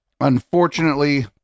Unfortunately